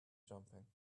jumping